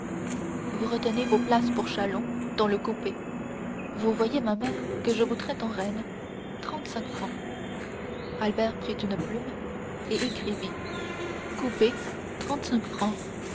vous retenez vos places pour chalon dans le coupé vous voyez ma mère que je vous traite en reine trente-cinq francs albert prit une plume et écrivit coupé trente-cinq francs